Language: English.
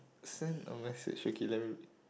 send a message okay let me read